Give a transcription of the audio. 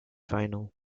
final